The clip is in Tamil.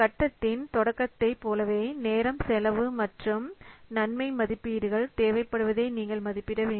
கட்டத்தின் தொடக்கத்தை போலவே நேரம் செலவு மற்றும் நன்மை மதிப்பீடுகள் தேவைப்படுவதை நீங்கள் மதிப்பிட வேண்டும்